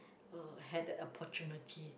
uh had that opportunity